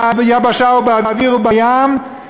ביבשה, באוויר ובים.